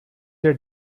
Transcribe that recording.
they